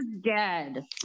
dead